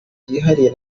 byihariye